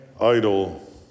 idol